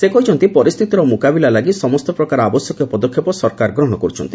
ସେ କହିଛନ୍ତି ପରିସ୍ଥିତିର ମୁକାବିଲା ଲାଗି ସରକାର ସମସ୍ତ ପ୍ରକାର ଆବଶ୍ୟକୀୟ ପଦକ୍ଷେପ ସରକାର ଗ୍ରହଣ କର୍ତ୍ଥନ୍ତି